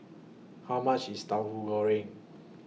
How much IS Tauhu Goreng